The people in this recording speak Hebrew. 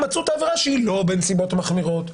מצאו את העבירה שהיא לא בנסיבות מחמירות.